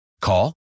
Call